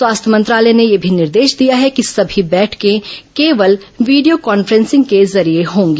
स्वास्थ्य मंत्रालय ने यह भी निर्देश दिया है कि सभी बैठकें केवल वीडियों कान्फ्रेंसिंग के जरिए होंगी